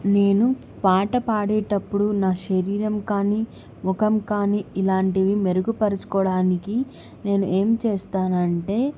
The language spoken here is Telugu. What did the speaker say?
నేను పాట పాడేటప్పుడు నా శరీరం కానీ ముఖం కానీ ఇలాంటివి మెరుగుపరుచుకోవడానికి నేను ఏం చేస్తానంటే